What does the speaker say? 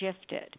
shifted